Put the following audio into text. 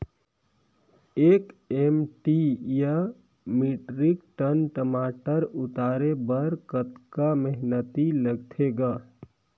एक एम.टी या metric tonne टमाटर उतारे बर कतका मेहनती लगथे ग?